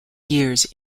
years